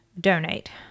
donate